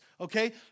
Okay